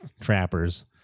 trappers